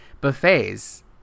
buffets